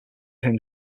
whom